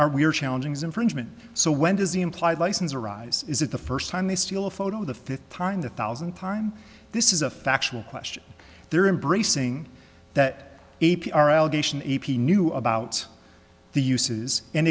are we're challenging is infringement so when does the implied license arise is it the first time they steal a photo the fifth time the thousand time this is a factual question they're embracing that a p r allegation a p knew about the uses and